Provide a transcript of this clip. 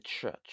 church